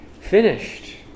finished